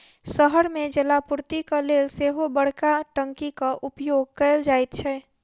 शहर मे जलापूर्तिक लेल सेहो बड़का टंकीक उपयोग कयल जाइत छै